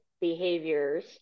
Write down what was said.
behaviors